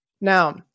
Now